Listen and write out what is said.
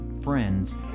friends